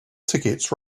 tickets